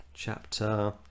chapter